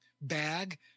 bag